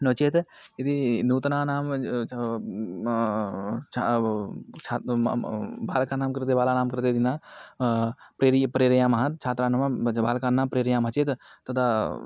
नो चेत् यदि नूतनानां बालकानां कृते बालानां कृते दिनं प्रेरयामः प्रेरयामः छात्रान् बालकान् प्रेरयामः चेत् तदा